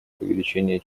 увеличение